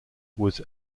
was